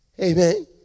Amen